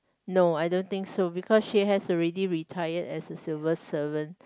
no I don't think so because she has already retired as a civil servant